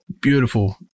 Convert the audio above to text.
Beautiful